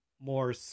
more